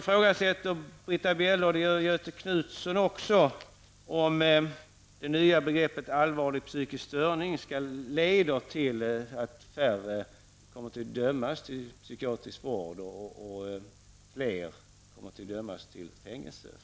Britta Bjelle och även Göthe Knutson ifrågasätter om det nya begreppet allvarlig psykisk störning leder till att färre kommer att dömas till psykiatrisk vård och att fler kommer att dömas till fängelse.